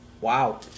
Wow